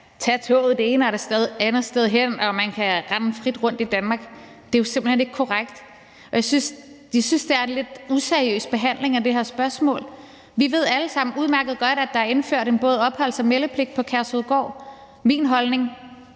tage toget det ene eller det andet sted hen og man kan rende frit rundt i Danmark. Det er jo simpelt hen ikke korrekt, og jeg synes, det er en lidt useriøs behandling af det her spørgsmål. Vi ved alle sammen udmærket godt, at der er indført både en opholds- og meldepligt på Kærshovedgård. Min holdning